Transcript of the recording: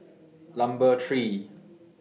Number three